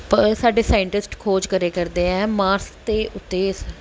ਪਰ ਸਾਡੇ ਸਾਇੰਟਿਸਟ ਖੋਜ ਕਰਿਆ ਕਰਦੇ ਹੈ ਮਾਰਸ ਤੇ ਉੱਤੇ